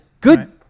good